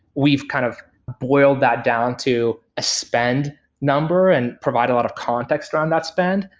we've kind of boiled that down to a spend number and provide a lot of context on that spend,